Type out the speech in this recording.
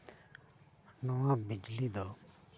ᱱᱚᱣᱟ ᱵᱤᱡᱽᱞᱤ ᱫᱚ